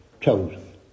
chosen